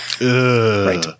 Right